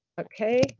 Okay